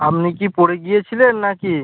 আপনি কি পড়ে গিয়েছিলেন নাকি